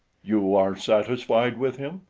you are satisfied with him?